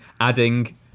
adding